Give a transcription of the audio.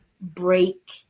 break